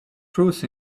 truth